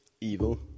evil